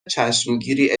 چشمگیری